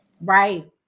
right